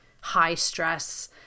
high-stress